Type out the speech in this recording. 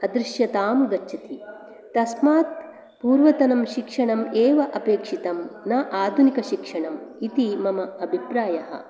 अदृश्यतां गच्छति तस्मात् पूर्वतनं शिक्षणम् एव अपेक्षितं न आधुनिकशिक्षणम् इति मम अभिप्रायः